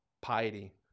piety